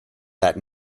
that